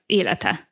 élete